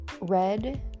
red